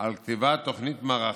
שוקד משרד החינוך על כתיבת תוכנית מערכתית